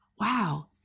wow